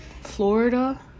Florida